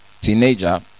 teenager